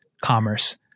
commerce